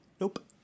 Nope